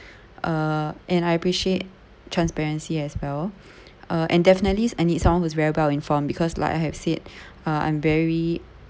uh and I appreciate transparency as well uh and definitely I need someone who's very well informed because like I have said uh I'm very